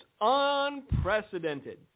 unprecedented